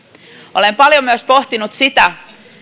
olen paljon myös pohtinut sitä